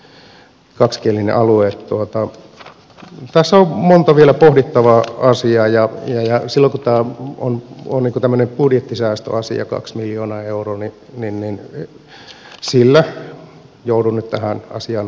tässä on monta pohdittavaa asiaa vielä ja kun tämä on tällainen budjettisäästöasia kaksi miljoonaa euroa niin sillä joudun nyt tähän asiaan ottamaan kantaa